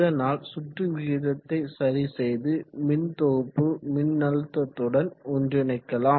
இதனால் சுற்று விகிதத்தை சரிசெய்து மின்தொகுப்பு மின்னழுத்தத்துடன் ஒன்றிணைக்கலாம்